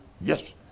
Yes